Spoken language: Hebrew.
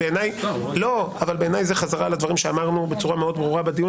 בעיניי זה חזרה על הדברים שאמרנו בצורה מאוד ברורה בדיון